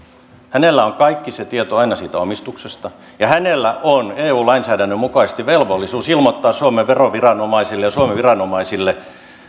on kaikki se tieto aina siitä omistuksesta ja hänellä on eu lainsäädännön mukaisesti velvollisuus ilmoittaa suomen veroviranomaisille ja suomen viranomaisille